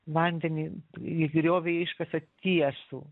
vandenį į griovį iškasa tiesų